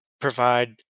provide